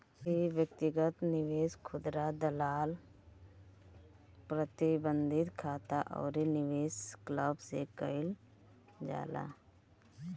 इ व्यक्तिगत निवेश, खुदरा दलाल, प्रतिबंधित खाता अउरी निवेश क्लब से कईल जाला